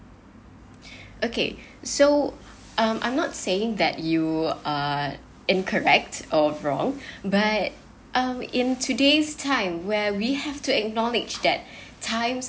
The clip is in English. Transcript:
okay so um I'm not saying that you are incorrect or wrong but um in today's time where we have to acknowledge that times